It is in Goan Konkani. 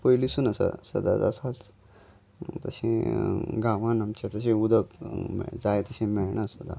पयलींसून आसा सदांच आसाच तशें गांवान आमचें तशें उदक जाय तशें मेळना सदां